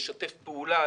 לשתף פעולה,